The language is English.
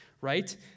right